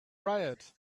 riot